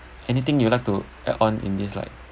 anything you like to add on in this like